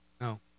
No